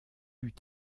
eut